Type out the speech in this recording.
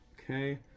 Okay